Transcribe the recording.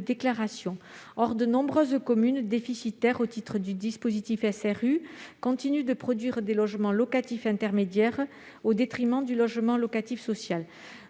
déclaration. Or de nombreuses communes déficitaires dans le cadre de la loi SRU continuent à produire des logements locatifs intermédiaires au détriment du logement locatif social.